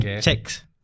checks